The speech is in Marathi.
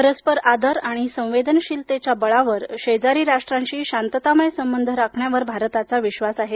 परस्पर आदर आणि संवेदनशीलतेच्या बळावर शेजारी राष्ट्रांशी शांततामय संबंध राखण्यावर भारताचा विश्वास आहे